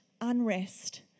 unrest